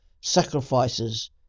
sacrifices